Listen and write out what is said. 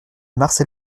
marcel